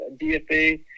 DFA